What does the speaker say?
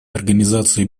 организации